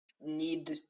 need